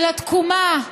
של התקומה,